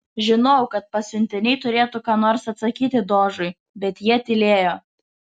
žinojau kad pasiuntiniai turėtų ką nors atsakyti dožui bet jie tylėjo